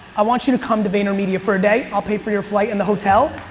i want you to come to vayner media for a day, i'll pay for your flight and the hotel,